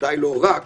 בוודאי לא רק,